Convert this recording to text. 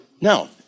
no